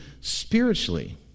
spiritually